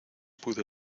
pude